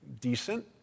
decent